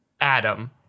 adam